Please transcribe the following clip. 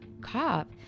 cop